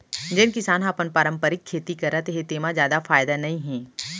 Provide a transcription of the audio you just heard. जेन किसान ह अपन पारंपरिक खेती करत हे तेमा जादा फायदा नइ हे